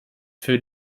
für